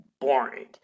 boring